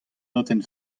notenn